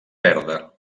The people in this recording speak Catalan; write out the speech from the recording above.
verda